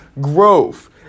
growth